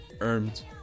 earned